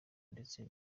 ndetse